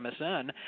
MSN